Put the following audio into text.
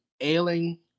ailing